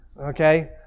Okay